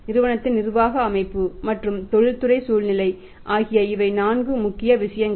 நிறுவனத்தின் நிர்வாக அமைப்பு மற்றும் தொழில்துறை சூழ்நிலை ஆகிய இவை நான்கு முக்கியமான விஷயங்கள்